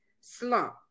slump